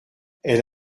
elle